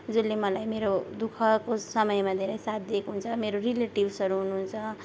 जसले मलाई मेरो दुःखको समयमा धेरै साथ दिएको हुन्छ मेरो रिलेटिभ्सहरू हुनुहुन्छ